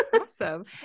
awesome